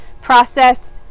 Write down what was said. process